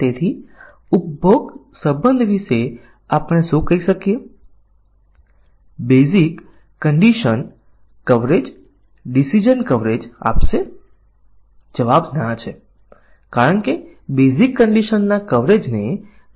તેથી જો ચોક્કસ ઇનપુટ સંયોજન આપવામાં આવે તો તે કોડ સક્રિય થઈ જાય છે અને તે આવશ્યકતામાં ઉલ્લેખિત નથી તેથી બ્લેક બોક્સ પરીક્ષણનો ઉપયોગ કરીને આપણે તે ચકાસી શકતા નથી